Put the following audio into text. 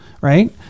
right